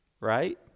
right